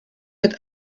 mit